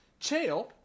Chael